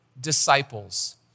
disciples